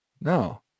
No